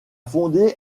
fondé